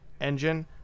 engine